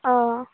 अ